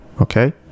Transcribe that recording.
Okay